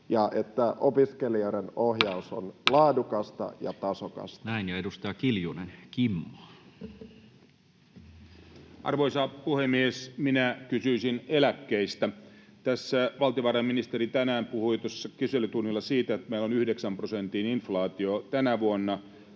ja että opiskelijoiden ohjaus on laadukasta ja tasokasta. Näin. — Ja edustaja Kiljunen, Kimmo. Arvoisa puhemies! Minä kysyisin eläkkeistä. Valtiovarainministeri puhui tänään kyselytunnilla siitä, että meillä on yhdeksän prosentin inflaatio tänä vuonna.